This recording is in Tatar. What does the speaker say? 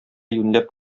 юньләп